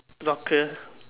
not clear